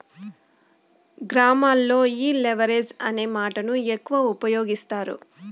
గ్రామాల్లో ఈ లెవరేజ్ అనే మాటను ఎక్కువ ఉపయోగిస్తారు